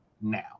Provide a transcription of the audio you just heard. now